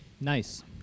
Nice